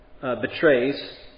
betrays